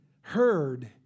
heard